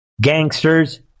gangsters